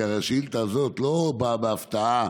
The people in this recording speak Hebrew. כי הרי השאילתה הזאת לא באה בהפתעה